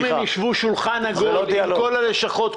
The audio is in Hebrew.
אם הם ישבו בשולחן עגול עם כל הלשכות,